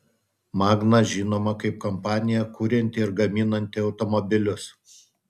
magna žinoma kaip kompanija kurianti ir gaminanti automobilius